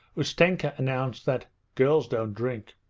ustenka announced that girls don't drink.